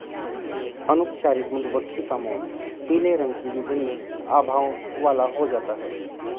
अनुपचारित मधुमक्खी का मोम पीले रंग की विभिन्न आभाओं वाला हो जाता है